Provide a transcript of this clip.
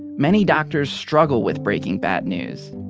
many doctors struggle with breaking bad news.